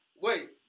Wait